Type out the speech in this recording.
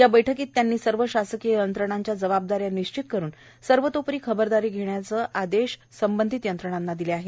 या बैठकीत त्यांनी सर्व शासकीय यंत्रणांच्या जबाबदाऱ्या निश्चित करून सर्वोतोपरी खबरदारी घेण्याचे आदेश संबंधित यंत्रणांना दिले आहे